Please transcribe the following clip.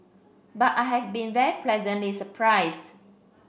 but I have been very pleasantly surprised